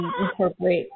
incorporate